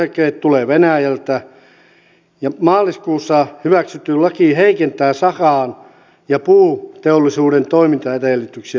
tuontihake tulee venäjältä ja maaliskuussa hyväksytty laki heikentää sahan ja puuteollisuuden toimintaedellyksiä suomessa